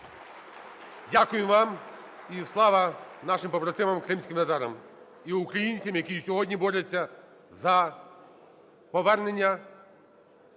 Дякую вам. І слава нашим побратимам кримським татарам і українцям, які і сьогодні борються за повернення